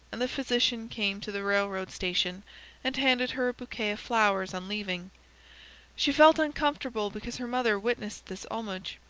and the physician came to the railroad station and handed her a bouquet of flowers on leaving she felt uncomfortable because her mother witnessed this homage.